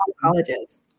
colleges